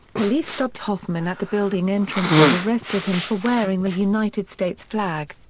police stopped hoffman at the building entrance and arrested him for wearing the united states flag.